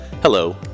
Hello